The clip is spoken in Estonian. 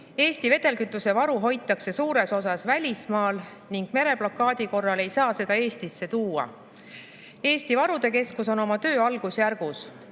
vedelkütusevaru hoitakse suures osas välismaal ning mereblokaadi korral ei saa seda Eestisse tuua. Eesti Varude Keskus on oma töö algusjärgus.